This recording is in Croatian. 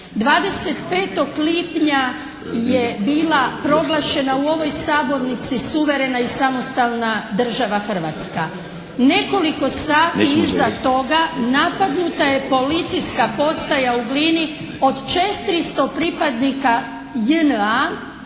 25. lipnja je bila proglašena u ovoj sabornici suverena i samostalna država Hrvatska. Nekoliko sati iza toga napadnuta je Policijska postaja u Glini od 400 pripadnika JNA